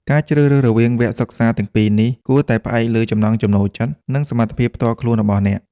ការជ្រើសរើសរវាងវគ្គសិក្សាទាំងពីរនេះ គួរតែផ្អែកលើចំណង់ចំណូលចិត្ត និងសមត្ថភាពផ្ទាល់ខ្លួនរបស់អ្នក